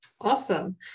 Awesome